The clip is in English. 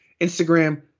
instagram